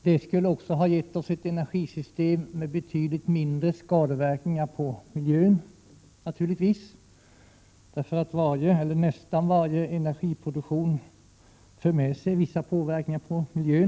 Det skulle ha gett oss ett energisystem med betydligt mindre skadeverkningar på miljön naturligtvis därför att nästan varje energiproduktion för med sig vissa påverkningar på miljön.